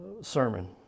sermon